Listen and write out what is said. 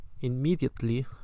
immediately